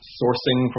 sourcing